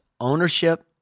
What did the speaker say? Ownership